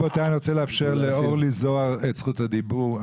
אני רוצה לאפשר לאורלי זוהר את זכות הדיבור.